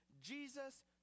jesus